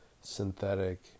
synthetic